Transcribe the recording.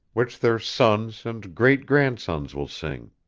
which their sons and great-grandsons will sing.